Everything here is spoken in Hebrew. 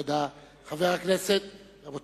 חברת הכנסת יחימוביץ, תודה.